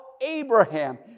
Abraham